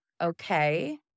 okay